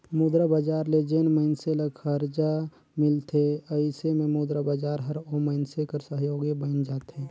मुद्रा बजार ले जेन मइनसे ल खरजा मिलथे अइसे में मुद्रा बजार हर ओ मइनसे कर सहयोगी बइन जाथे